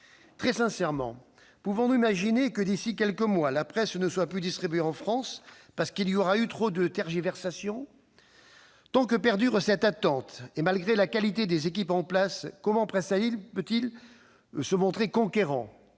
Très sincèrement, pouvons-nous imaginer que, d'ici à quelques mois, la presse ne soit plus distribuée en France parce qu'il y aura eu trop de tergiversations ? Tant que perdure cette attente, et malgré la qualité des équipes en place, comment Presstalis peut-il se montrer conquérant,